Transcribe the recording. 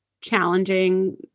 challenging